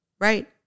right